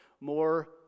more